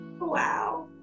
Wow